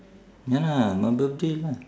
ya lah my birthday lah